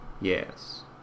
yes